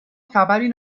خبری